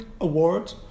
award